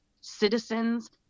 citizens